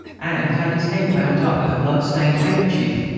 and had his head bound up with a blood-stained handkerchief.